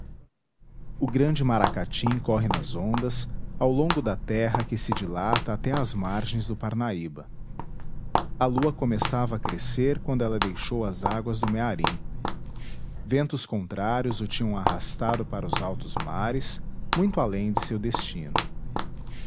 o grande maracatim corre nas ondas ao longo da terra que se dilata até às margens do parnaíba a lua começava a crescer quando ele deixou as águas do mearim ventos contrários o tinham arrastado para os altos mares muito além de seu destino